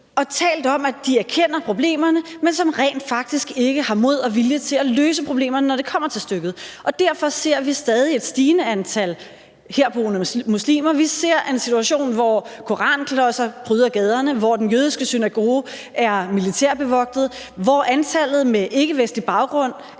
og talt om, at de erkender problemerne, men som rent faktisk ikke har modet og viljen til at løse problemerne, når det kommer til stykket. Derfor ser vi stadig et stigende antal herboende muslimer. Vi ser en situation, hvor koranklodser pryder gaderne, hvor den jødiske synagoge er militært bevogtet, og hvor antallet af unge med ikkevestlig baggrund,